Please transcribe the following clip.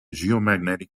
geomagnetic